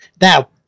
Now